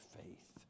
faith